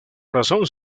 razón